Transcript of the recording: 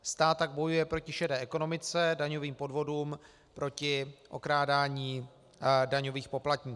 Stát tak bojuje proti šedé ekonomice, daňovým podvodům, proti okrádání daňových poplatníků.